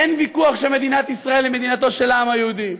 אין ויכוח שמדינת ישראל היא מדינתו של העם היהודי.